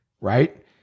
Right